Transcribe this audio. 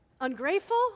ungrateful